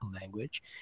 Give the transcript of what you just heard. language